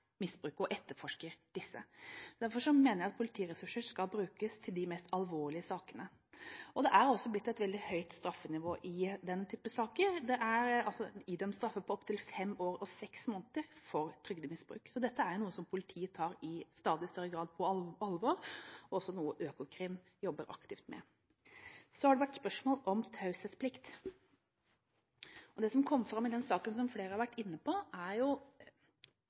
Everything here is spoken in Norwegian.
for trygdemisbruk, så dette er noe som politiet i stadig større grad tar på alvor, og også noe Økokrim jobber aktivt med. Så har det vært spørsmål om taushetsplikt. Det som kom fram i den saken som flere har vært inne på, er